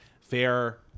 Fair